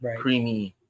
creamy